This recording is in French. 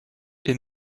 est